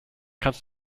kannst